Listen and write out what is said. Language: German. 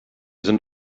sind